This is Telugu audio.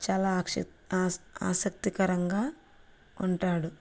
చాలా అక్షిత్ ఆసక్తికరంగా ఉంటాడు